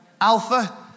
Alpha